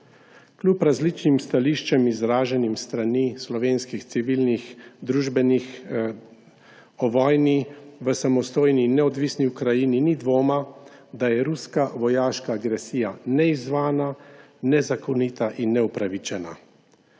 Kljub različnim stališčem, izraženim s strani slovenskih civilnodružbenih [organizacij] o vojni v samostojni in neodvisni Ukrajini ni dvoma, da je ruska vojaška agresija neizzvana, nezakonita in neupravičena.